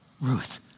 Ruth